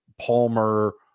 Palmer